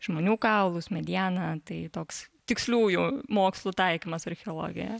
žmonių kaulus medieną tai toks tiksliųjų mokslų taikymas archeologijoje